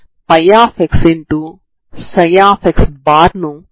మరియు ఇవి ఈ త్రిభుజం లో ఉంటాయి